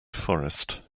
forest